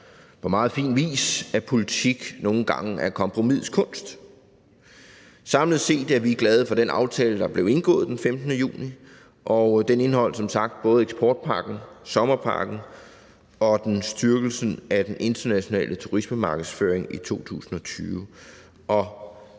på meget fin vis illustrerer, at politik nogle gange er kompromisets kunst. Samlet set er vi glade for den aftale, der blev indgået den 15. juni, og den indeholdt som sagt både eksportpakken, sommerpakken og en styrkelse af den internationale turismemarkedsføring i 2020.